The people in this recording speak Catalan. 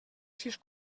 sis